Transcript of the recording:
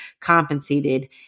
compensated